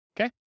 Okay